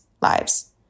lives